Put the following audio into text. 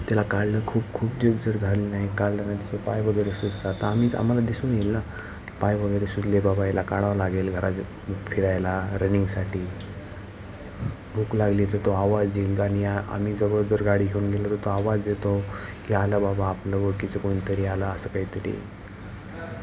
त्याला काढलं खूप खूप ज्यग जर झालं नाही काढलं नाही तिचं पायवगैरे सुजत तर आम्हीच आम्हाला दिसून येईल ना पायवगैरे सुजले बाबा याला काढावं लागेल घरातच फिरायला रनिंगसाठी भूक लागलीच तो आवाज येईल आणि आम्ही जवळ जर गाडी घेऊन गेलो तर तो आवाज देतो की आला बाबा आपलं ओळखीचं कोणतरी आलं असं काहीतरी